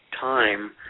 time